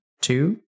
two